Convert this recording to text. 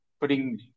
putting